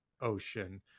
ocean